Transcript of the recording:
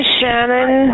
Shannon